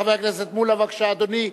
חבר הכנסת מולה, בבקשה, אדוני.